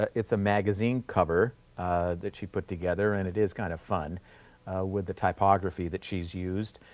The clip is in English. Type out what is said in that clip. it's a magazine cover that she put together and it is kind of fun with the typography that she has used.